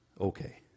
Okay